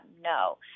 No